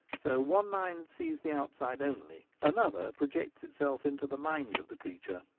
so one mind sees the outside only another projects itself into the mind of the creature,